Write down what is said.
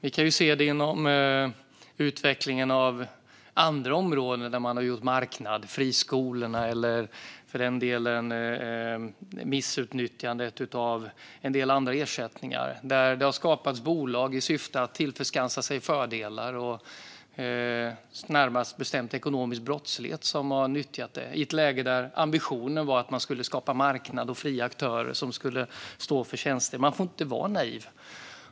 I utvecklingen inom andra områden där man har övergått till marknaden, till exempel friskolorna eller för den delen missutnyttjandet av en del andra ersättningar, har det skapats bolag i syfte att tillskansa sig fördelar. Ekonomisk brottslighet finns nu i ett läge där ambitionen har varit att skapa en marknad med fria aktörer som skulle stå för tjänsterna. Men man får inte vara naiv.